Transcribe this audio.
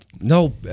No